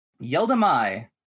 Yeldamai